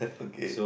okay